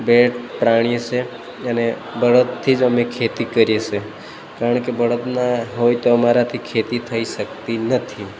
બેટ પ્રાણી છે અને બળદથી જ અમે ખેતી કરીએ છે કારણ કે બળદ ન હોય તો અમારાથી ખેતી થઇ શકતી નથી